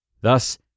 Thus